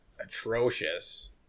atrocious